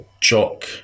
jock